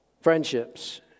Friendships